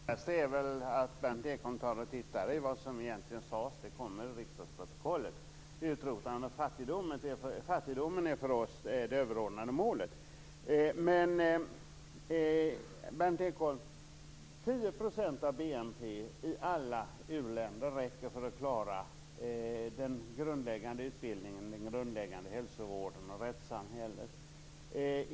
Herr talman! Det bästa är att Berndt Ekholm ser efter vad som egentligen sades. Det kommer i riksdagsprotokollet. Utrotande av fattigdomen är för oss det överordnade målet. Men, Berndt Ekholm, 10 % av BNP i alla u-länder räcker för att klara den grundläggande utbildningen, den grundläggande hälsovården och rättssamhället.